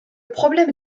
problème